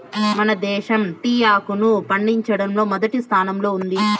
మన దేశం టీ ఆకును పండించడంలో మొదటి స్థానంలో ఉన్నాది